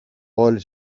όλοι